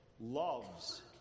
loves